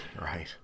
right